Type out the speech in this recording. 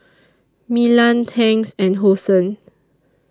Milan Tangs and Hosen